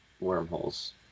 wormholes